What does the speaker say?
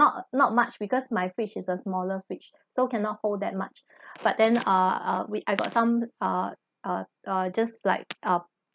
not not much because my fridge is a smaller fridge so cannot hold that much but then err err we I got some uh uh uh just like uh